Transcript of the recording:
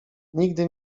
nigdy